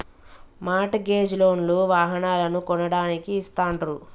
mart gauge loan లు వాహనాలను కొనడానికి ఇస్తాండ్రు